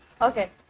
Okay